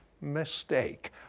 mistake